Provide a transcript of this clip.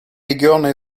регионы